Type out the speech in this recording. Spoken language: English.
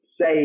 say